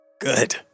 Good